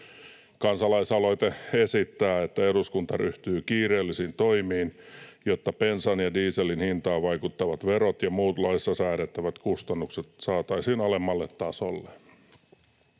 Kansalaisaloite esittää, että eduskunta ryhtyy kiireellisiin toimiin, jotta bensan ja dieselin hintaan vaikuttavat verot ja muut laissa säädettävät kustannukset saataisiin alemmalle tasolle.